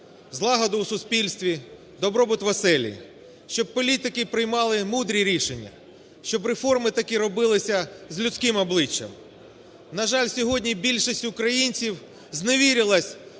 злагоду у суспільстві, добробут в оселі, щоб політики приймали мудрі рішення, щоб реформи таки робилися з людським обличчям. На жаль, сьогодні більшість українців зневірилась